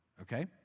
Okay